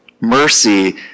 Mercy